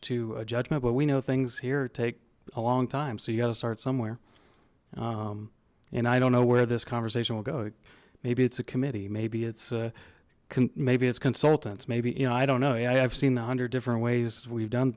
to a judgement but we know things here take a long time so you got to start somewhere and i don't know where this conversation will go maybe it's a committee maybe it's a maybe it's consultants maybe you know i don't know i've seen a hundred different ways we've done